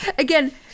again